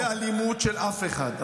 אני לא מגבה אלימות של אף אחד,